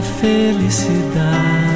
felicidade